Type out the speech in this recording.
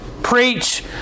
preach